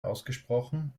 ausgesprochen